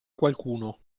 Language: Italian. qualcuno